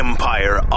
Empire